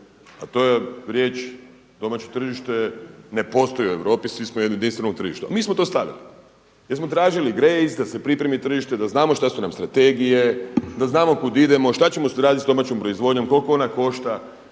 A to je riječ domaće tržište ne postoji u Europi, svi smo jedno jedinstveno tržište, a mi smo to stavili. Jer smo tražili grace da se pripremi tržište, da znamo šta su nam strategije, da znamo kud idemo, šta ćemo raditi sa domaćom proizvodnjom, koliko ona košta,